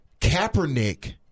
Kaepernick